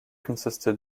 consisted